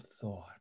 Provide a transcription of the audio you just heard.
thought